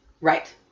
Right